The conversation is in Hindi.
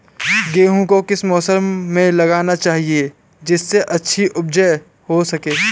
गेहूँ को किस मौसम में लगाना चाहिए जिससे अच्छी उपज हो सके?